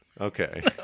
Okay